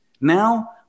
now